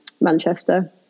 Manchester